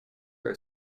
grow